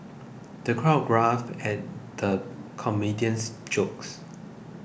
the crowd guffawed at the comedian's jokes